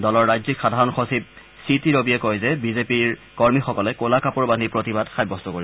দলৰ ৰাজ্যিক সাধাৰণৰ সচিব চি টি ৰবিয়ে কয় যে বিজেপিৰ কৰ্মকৰ্তাসকলে কলা কাপোৰ বাদ্ধি প্ৰতিবাদ সাব্যস্ত কৰিব